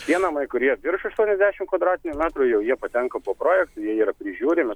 tie namai kurie virš aštuoniasdešim kvadratinių metrų jau jie patenka po projektu jie yra prižiūrimi